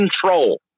control